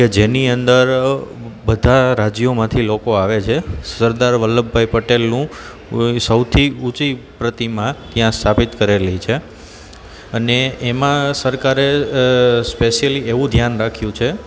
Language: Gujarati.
કે જેની અંદર બધાં રાજ્યોમાંથી લોકો આવે છે સરદાર વલ્લભભાઈ પટેલનું સૌથી ઊંચી પ્રતિમા ત્યાં સ્થાપિત કરેલી છે અને એમાં સરકારે સ્પેસિયલી એવું ધ્યાન રાખ્યું છે